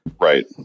Right